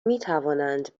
میتوانند